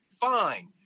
Fine